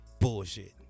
bullshit